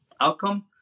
outcome